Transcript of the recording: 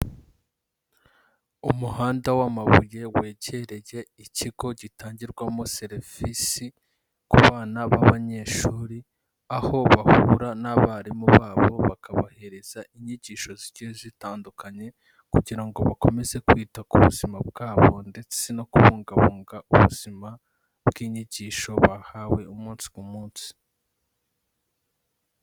Umuhanda w'amabuye wegereye ikigo gitangirwamo serivisi ku bana b'abanyeshuri, aho bahura n'abarimu babo bakabohereza inyigisho zigiye zitandukanye kugira ngo bakomeze kwita ku buzima bwabo ndetse no kubungabunga ubuzima bw'inyigisho bahawe umunsi ku munsi.